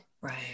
Right